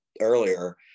earlier